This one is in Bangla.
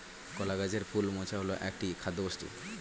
কলা গাছের ফুল মোচা হল একটি খাদ্যবস্তু